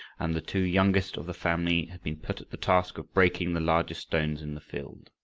and the two youngest of the family had been put at the task of breaking the largest stones in the field.